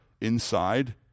inside